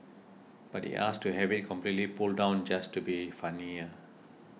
but he asked to have it completely pulled down just to be funnier